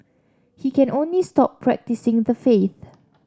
he can only stop practising the faith